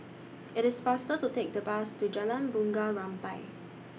IT IS faster to Take The Bus to Jalan Bunga Rampai